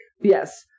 Yes